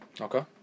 Okay